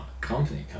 company